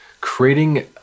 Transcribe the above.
creating